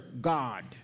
God